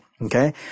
Okay